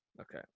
okay